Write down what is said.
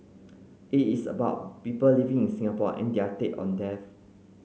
it is about people living in Singapore and their take on death